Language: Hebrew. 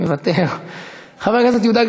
אינו נוכח, חבר הכנסת עבד אל חכים חאג' יחיא,